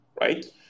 right